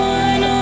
one